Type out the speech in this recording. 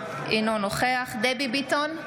אינו נוכח דבי ביטון,